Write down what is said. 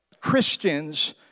Christians